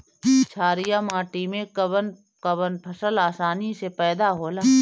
छारिया माटी मे कवन कवन फसल आसानी से पैदा होला?